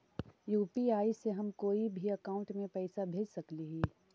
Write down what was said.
UPI से हम कोई के अकाउंट में पैसा भेज सकली ही?